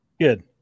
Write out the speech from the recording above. Good